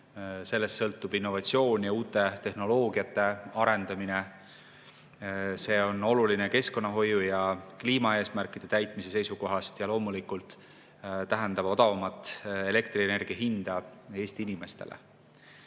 Sellest sõltub innovatsioon ja uue tehnoloogia arendamine. See on oluline keskkonnahoiu ja kliimaeesmärkide täitmise seisukohast ja loomulikult tähendab see odavamat elektrienergia hinda Eesti inimestele.